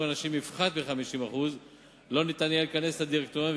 הנשים יפחת מ-50% לא יהיה ניתן לכנס את הדירקטוריון,